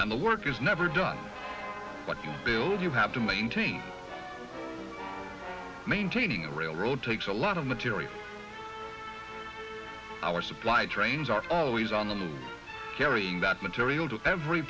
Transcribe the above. and the work is never done what you build you have to maintain maintaining a railroad takes a lot of material our supply trains are always on the news carrying that material to every